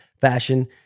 fashion